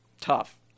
tough